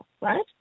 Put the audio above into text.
right